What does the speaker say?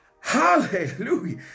Hallelujah